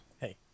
hey